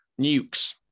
Nukes